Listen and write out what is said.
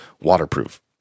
waterproof